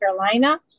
Carolina